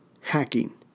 hacking